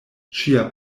ŝia